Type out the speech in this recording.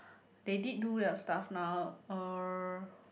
they did do your stuff now uh